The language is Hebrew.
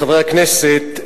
חברי הכנסת,